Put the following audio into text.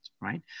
right